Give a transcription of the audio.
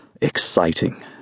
Exciting